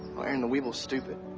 aaron, the weeble's stupid.